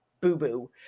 boo-boo